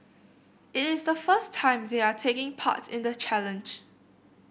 it is the first time they are taking part in the challenge